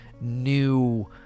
new